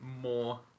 more